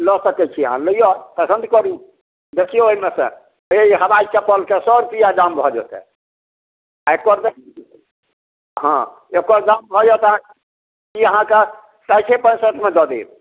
लऽ सकैत छी अहाँ लिअ पसन्द करू देखियौ एहिमे सँ ई हवाइ चप्पल कऽ सए रुपआ दाम भऽ जेतै एकर हाँ एकर दाम भऽ जाएत अहाँक ई अहाँकऽ साठिए पैसठ मे दऽ देब